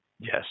Yes